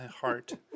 heart